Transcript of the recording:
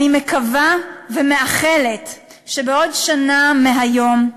אני מקווה ומאחלת שבעוד שנה מהיום,